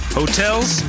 hotels